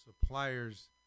suppliers